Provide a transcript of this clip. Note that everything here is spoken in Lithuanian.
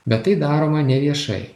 bet tai daroma neviešai